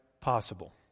possible